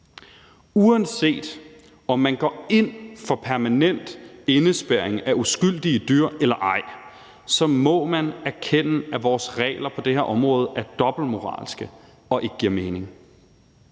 Uanset om man går ind for permanent indespærring af uskyldige dyr eller ej, må man erkende, at vores regler på det her område er dobbeltmoralske, og at de ikke giver mening.